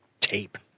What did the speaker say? tape